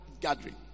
gathering